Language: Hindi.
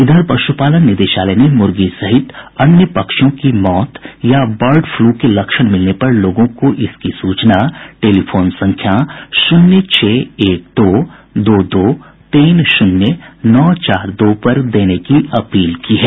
इधर पशुपालन निदेशालय ने मुर्गी सहित अन्य पक्षियों की मौत या बर्ड फ्लू के लक्षण मिलने पर लोगों को इसकी सूचना टेलीफोन संख्या शून्य छह एक दो दो दो तीन शून्य नौ चार दो पर देने की अपील की है